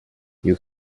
you